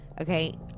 okay